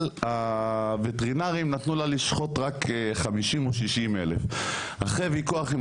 אבל הווטרינרים נתנו לה לשחוט רק 50,000 או 60,000. אחרי ויכוח עם